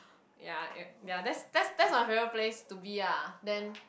ya uh that that's my favourite place to be ah then